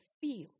feel